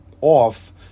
off